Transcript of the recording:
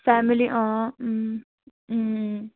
family um um अँ